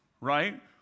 right